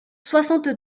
soixante